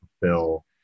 fulfill